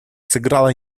сыграла